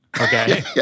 Okay